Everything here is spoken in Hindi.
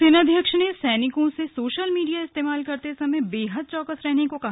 सेनाध्यक्ष ने सैनिकों से सोशल मीडिया इस्तेमाल करते समय बेहद चौकस रहने को कहा